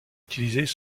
utilisés